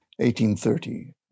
1830